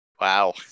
wow